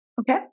Okay